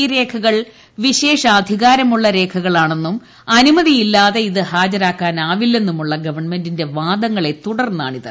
ഈ രേഖകൾ വിശേഷാധികാരമുള്ള രേഖകളാണെന്നും അനുമതി യില്ലാതെ ഇത് ഹാജരാക്കാനാവില്ലെന്നുള്ള ഗവൺമെന്റിന്റെ വാദങ്ങളെ തുടർന്നാണിത്